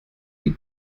die